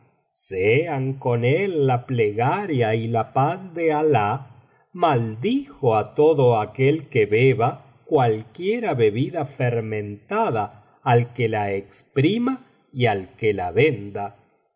que me abstengo de esa bebida funesta porque el profeta sean con él la plegaria y la paz de alah maldijo á todo aquel que beba cualquiera bebida fermentada al que la exprima y al que la venda